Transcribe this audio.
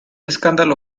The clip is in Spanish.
escándalo